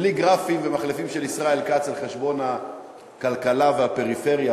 בלי גרפים ומחלפים של ישראל כץ על חשבון הכלכלה והפריפריה,